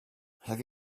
have